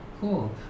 Cool